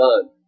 done